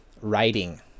Writing